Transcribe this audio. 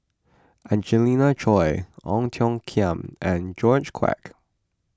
Angelina Choy Ong Tiong Khiam and George Quek